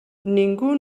ningú